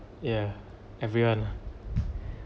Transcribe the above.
ya everyone lah